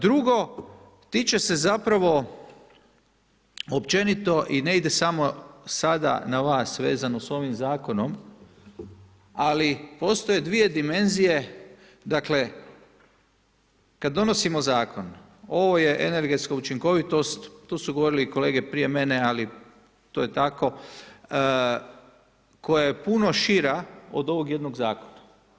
Drugo tiče se zapravo općenito i ne ide samo sada na vas vezano s ovim zakonom, ali postoje dvije dimenzije, dakle kad donosimo zakon, ovo je energetska učinkovitost, tu su govorili kolege prije mene, ali to je tako koja je puno šira od ovog jednog zakona.